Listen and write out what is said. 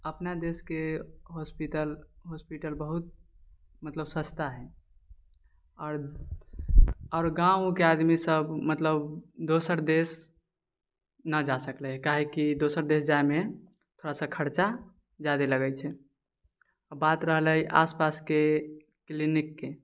अपना देशके hospital hospital बहुत मतलब सस्ता है आओर आओर गाँवके आदमी सब मतलब दोसर देश नहि जा सकलै काहेकि दोसर देश जायमे थोड़ासा खर्चा जादे लगै छै बात रहलै आसपासके क्लिनिकके